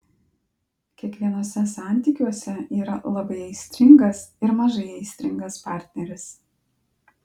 kiekvienuose santykiuose yra labai aistringas ir mažai aistringas partneris